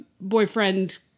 boyfriend